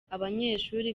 abanyeshuri